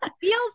feels